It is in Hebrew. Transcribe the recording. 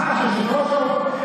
אני חושבת,